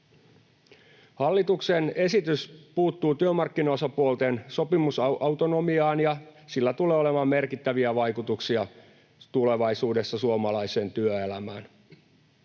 Hallituksen esitys puuttuu työmarkkinaosapuolten sopimusautonomiaan, ja sillä tulee olemaan merkittäviä vaikutuksia tulevaisuudessa suomalaiseen työelämään.